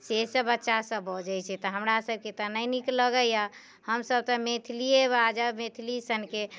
से सभ बच्चा सभ बजैत छै तऽ हमरा सभकेँ तऽ नहि नीक लगैया हमसभ तऽ मैथिलिये बाजब मैथिली सनके